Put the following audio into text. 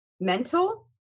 mental